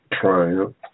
triumph